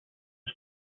was